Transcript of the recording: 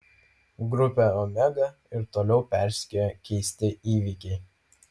grupę omega ir toliau persekioja keisti įvykiai